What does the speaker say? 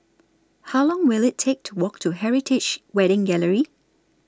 How Long Will IT Take to Walk to Heritage Wedding Gallery